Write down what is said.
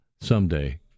someday